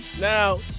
Now